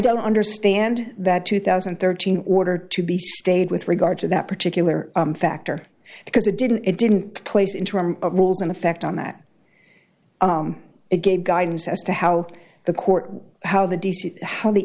don't understand that two thousand and thirteen order to be stayed with regard to that particular factor because it didn't it didn't place in terms of rules in effect on that it gave guidance as to how the court how